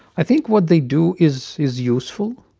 i think what they do is is useful.